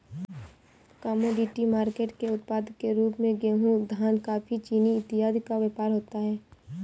commodity market के उत्पाद के रूप में गेहूं धान कॉफी चीनी इत्यादि का व्यापार होता है